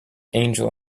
angel